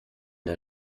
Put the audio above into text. der